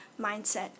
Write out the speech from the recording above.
mindset